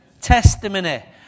testimony